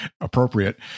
appropriate